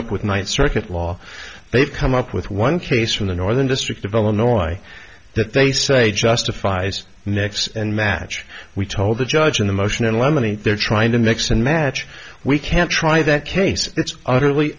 up with night circuit law they've come up with one case from the northern district of illinois that they say justifies next and match we told the judge in the motion in lemony they're trying to mix and match we can't try that case it's